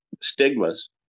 stigmas